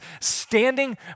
standing